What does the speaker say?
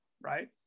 right